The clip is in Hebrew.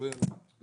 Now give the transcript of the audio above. אני